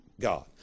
God